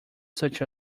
such